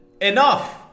Enough